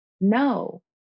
no